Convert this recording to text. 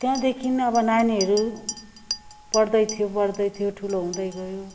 त्यहाँदेखि अब नानीहरू पढ्दै थियो पढ्दै थियो ठुलो हुँदै गयो